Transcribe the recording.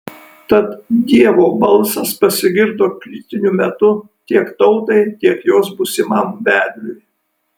tad dievo balsas pasigirdo kritiniu metu tiek tautai tiek jos būsimam vedliui